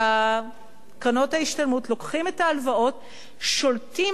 מקרנות ההשתלמות לוקחים את ההלוואות שולטים